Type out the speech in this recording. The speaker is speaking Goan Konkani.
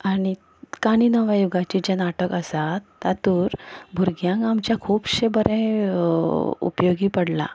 आनी काणी नव्या युगाची जें नाटक आसा तातूर भुरग्यांक आमच्या खुबशें बरें उपयोगी पडलां